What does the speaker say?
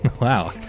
Wow